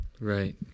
Right